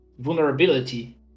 vulnerability